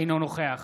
אינו נוכח